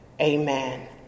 Amen